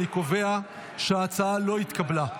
אני קובע שההצעה לא התקבלה.